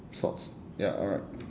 socks ya alright